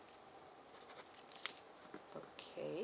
okay